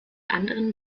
anderen